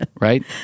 right